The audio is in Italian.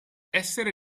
essere